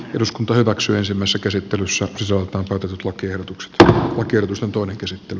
nyt voidaan hyväksyä tai hylätä lakiehdotukset ja oikeutusta toinen käsittely